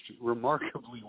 remarkably